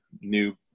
new